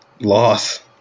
Loss